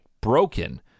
broken